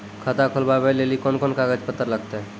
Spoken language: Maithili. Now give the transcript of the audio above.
खाता खोलबाबय लेली कोंन कोंन कागज पत्तर लगतै?